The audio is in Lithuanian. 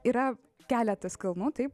yra keletas kalnų taip